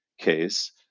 case